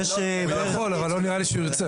אולי הוא יכול, אבל לא נראה לי שהוא ירצה.